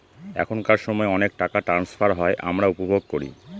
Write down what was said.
এখনকার সময় অনেক টাকা ট্রান্সফার হয় আমরা উপভোগ করি